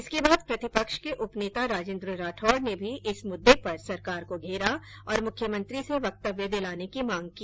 इसके बाद प्रतिपक्ष के उपनेता राजेंद्र राठौड ने भी इस मुददे पर सरकार को घेरा और मुख्यमंत्री से वक्तव्य दिलाने की मांग की